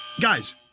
Guys